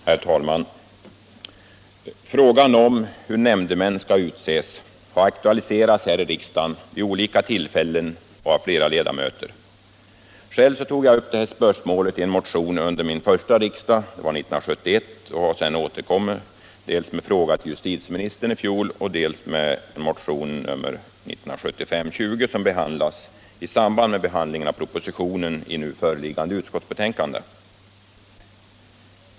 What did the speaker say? Herr talman! Frågan om hur nämndemän skall utses har aktualiserats här i riksdagen vid olika tillfällen och av flera ledamöter. Själv tog jag upp det spörsmålet i en motion under min första riksdag, 1971, och jag har sedan återkommit dels med en fråga till justitieministern i fjol, dels med motionen 1975:20, som behandlas tillsammans med propositionen i det nu föreliggande utskottsbetänkandet.